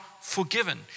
forgiven